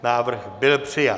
Návrh byl přijat.